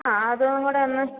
ആ അതും കൂടൊന്ന്